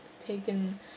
taken